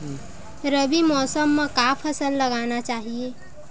रबी मौसम म का फसल लगाना चहिए?